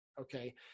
Okay